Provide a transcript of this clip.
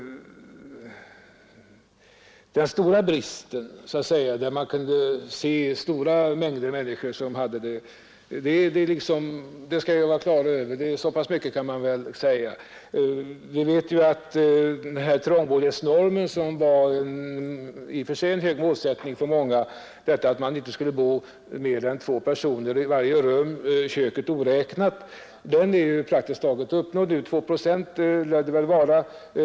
Den stora bostadsbristen, som drabbade mängder av människor, är över, det skall vi ha klart för oss. Vi vet att trångboddhetsnormen som var en hög målsättning för många — detta att det inte skulle bo mer än två personer i varje rum, köket oräknat — nu praktiskt taget är borta så när som på 2 procent.